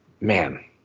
man